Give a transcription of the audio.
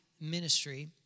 Ministry